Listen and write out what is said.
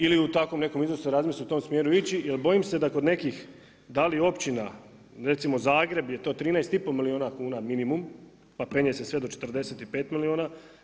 Ili u takvom nekom iznosu razmisli u tom smjeru ići, jer bojim se da kod nekih da li općina recimo Zagreb je to 13 i pol milijuna kuna minimum, pa penje se sve do 45 milijuna.